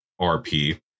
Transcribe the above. RP